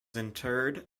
interred